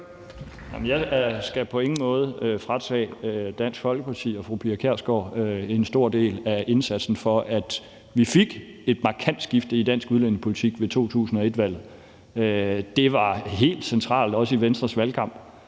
Jeg skal på ingen måde fratage Dansk Folkeparti og fru Pia Kjærsgaard en stor del af indsatsen for, at vi fik et markant skifte i dansk udlændingepolitik ved 2001-valget. Det var helt centralt, også i Venstres valgkamp.